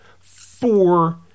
four